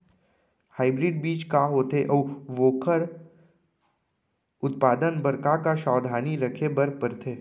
Hybrid बीज का होथे अऊ ओखर उत्पादन बर का का सावधानी रखे बर परथे?